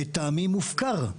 לטעמי מופקר,